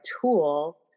tool